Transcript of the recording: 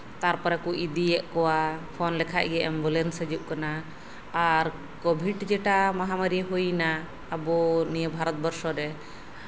ᱛᱟᱨᱯᱚᱨᱮ ᱠᱚ ᱤᱫᱤᱭᱮᱜ ᱠᱚᱣᱟ ᱯᱷᱳᱱ ᱞᱮᱠᱷᱟᱡᱜᱮ ᱮᱢᱵᱩᱞᱮᱱᱥ ᱦᱤᱡᱩᱜ ᱠᱟᱱᱟ ᱟᱨ ᱠᱳᱵᱷᱤᱰ ᱡᱮᱴᱟ ᱢᱚᱦᱟᱢᱟᱨᱤ ᱦᱩᱭᱮᱱᱟ ᱟᱵᱚ ᱱᱤᱭᱟᱹ ᱵᱷᱟᱨᱚᱛ ᱵᱚᱨᱥᱚ ᱨᱮ